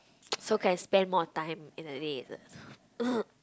so can spend more of time in the day is it